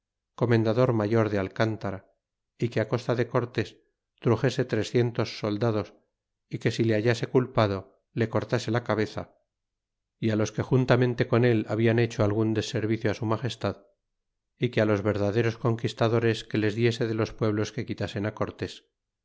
comendador mayor de alcántara y que costa de cortés truxese trecientos soldados y que si le hallase culpado le cortase la cabeza y los que juntamente con él hablan hecho algun deservicio á su magestad é que los verdaderos conquistadores que les diese de los pueblos que quitasen á cortés